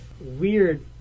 weird